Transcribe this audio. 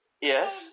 Yes